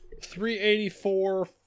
384